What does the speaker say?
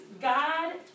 God